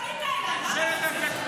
--- חיזבאללה.